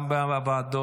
גם בוועדות.